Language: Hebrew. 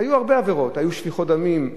היו הרבה עבירות: היתה שפיכות דמים,